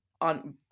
on